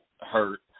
hurt